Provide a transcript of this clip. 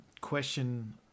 question